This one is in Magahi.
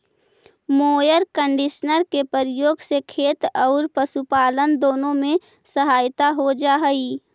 मोअर कन्डिशनर के प्रयोग से खेत औउर पशुपालन दुनो में सहायता हो जा हई